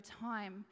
time